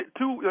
two